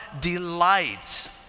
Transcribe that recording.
delights